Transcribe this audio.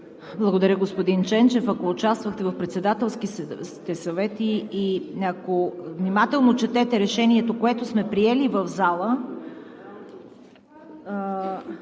Благодаря, господин Ченчев. Ако участвахте в председателските съвети и ако внимателно четете решението, което сме приели в залата